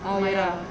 oh ya